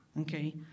Okay